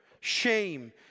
shame